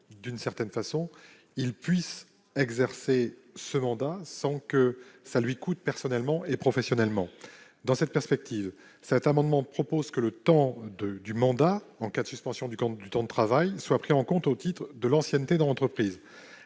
que les élus puissent exercer leur mandat sans que cela leur coûte personnellement et professionnellement. Dans cette perspective, le présent amendement tend à ce que le temps du mandat, en cas de suspension du temps de travail, soit pris en compte au titre de l'ancienneté dans l'entreprise.